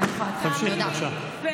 תמשיכי, בבקשה.